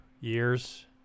years